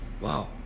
Wow